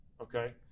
okay